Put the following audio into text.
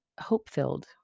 hope-filled